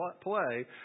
play